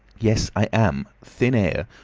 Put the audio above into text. yes, i am thin air.